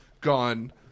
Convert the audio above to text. gone